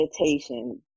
meditation